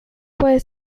puede